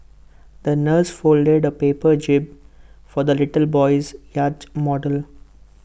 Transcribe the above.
the nurse folded A paper jib for the little boy's yacht model